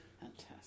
Fantastic